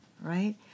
right